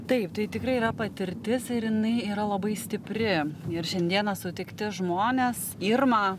taip tai tikrai yra patirtis ir jinai yra labai stipri ir šiandieną sutikti žmonės irma